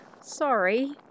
Sorry